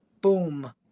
boom